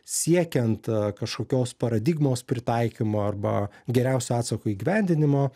siekiant kažkokios paradigmos pritaikymo arba geriausio atsako įgyvendinimo